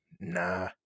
Nah